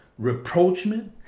reproachment